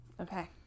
Okay